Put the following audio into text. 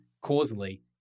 causally